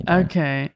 okay